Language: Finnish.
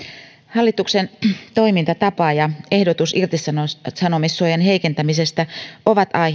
hallituksen toimintatapa ja ehdotus irtisanomissuojan heikentämisestä ovat